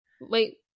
Wait